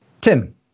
Tim